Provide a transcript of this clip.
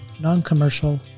non-commercial